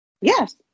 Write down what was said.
Yes